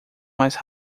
mais